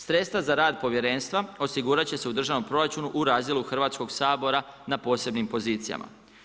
Sredstva za rad povjerenstva osigurat će se u državnom proračunu u razdjelu Hrvatskog sabora na posebnim pozicijama.